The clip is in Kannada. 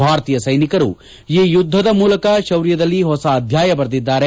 ಭಾರತೀಯ ಸ್ಕೆನಿಕರು ಈ ಯುದ್ದದ ಮೂಲಕ ಶೌರ್ಯದಲ್ಲಿ ಹೊಸ ಅಧ್ಯಾಯ ಬರೆದಿದ್ದಾರೆ